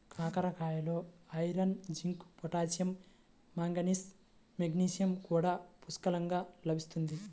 కాకరకాయలలో iron, zinc, potassium, manganese, magnesium కూడా పుష్కలంగా లభిస్తుంది